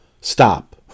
stop